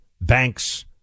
banks